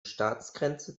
staatsgrenze